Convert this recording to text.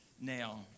Now